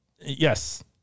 yes